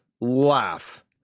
Laugh